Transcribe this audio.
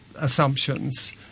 assumptions